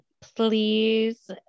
please